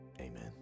amen